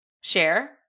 Share